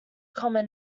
common